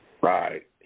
right